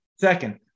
Second